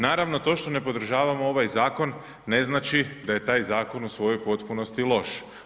Naravno to što ne podržavamo ovaj zakon, ne znači da je taj zakon u svojoj potpunosti loš.